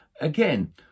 again